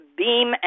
beam